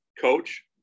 coach